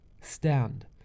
stand